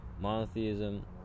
Monotheism